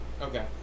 Okay